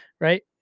Right